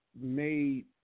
made